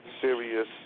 serious